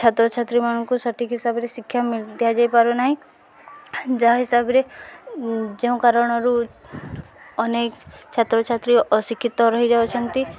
ଛାତ୍ରଛାତ୍ରୀ ମାନଙ୍କୁ ସଠିକ୍ ହିସାବରେ ଶିକ୍ଷା ଦିଆଯାଇ ପାରୁନାହିଁ ଯାହା ହିସାବରେ ଯେଉଁ କାରଣରୁ ଅନେକ ଛାତ୍ରଛାତ୍ରୀ ଅଶିକ୍ଷିତ ରହିଯାଉଛନ୍ତି